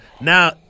Now